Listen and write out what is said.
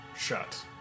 shut